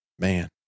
Man